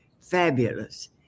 Fabulous